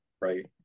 right